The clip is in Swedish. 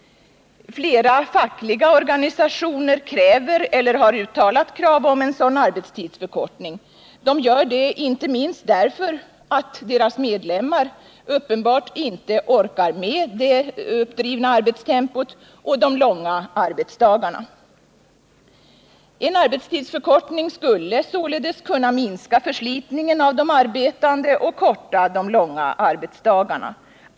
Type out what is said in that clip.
Flera fackliga organisationer kräver eller har uttalat krav på en sådan arbetstidsförkortning. De gör det inte minst därför att deras medlemmar uppenbarligen inte orkar med det uppdrivna arbetstempot och de långa arbetsdagarna. En arbetstidsförkortning skulle således kunna minska förslitningen av de arbetande och korta de långa arbetsdagarna.